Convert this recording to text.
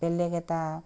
বেলেগ এটা